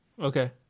Okay